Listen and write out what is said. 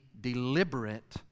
deliberate